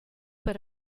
but